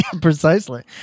Precisely